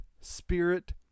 spirit